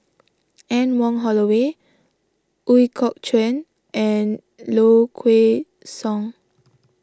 Anne Wong Holloway Ooi Kok Chuen and Low Kway Song